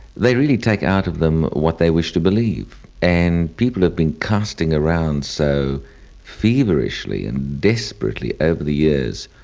they really take out of them what they wish to believe. and people have been casting around so feverishly and desperately over the years,